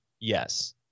Yes